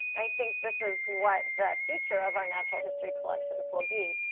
and i think this is what the future of our natural history collections will be,